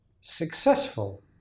successful